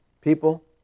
People